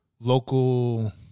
local